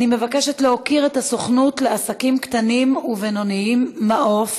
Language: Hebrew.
אני מבקשת להוקיר את הסוכנות לעסקים קטנים ובינוניים "מעוף",